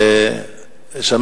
כבוד היושב-ראש,